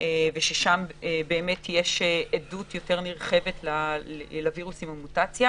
וששם באמת יש עדות יותר נרחבת לווירוס עם המוטציה,